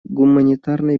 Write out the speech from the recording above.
гуманитарной